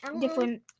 different